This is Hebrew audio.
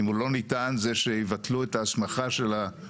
אם הוא לא ניתן זה שיבטלו את ההסמכה של הוועדה,